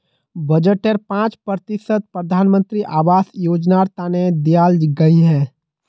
बजटेर पांच प्रतिशत प्रधानमंत्री आवास योजनार तने दियाल गहिये